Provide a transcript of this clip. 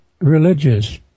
religious